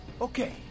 Okay